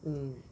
mm